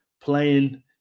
playing